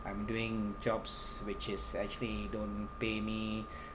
I'm doing jobs which is actually don't pay me